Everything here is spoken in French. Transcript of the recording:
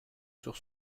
sur